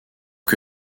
que